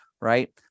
right